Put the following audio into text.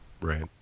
Right